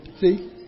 see